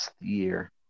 year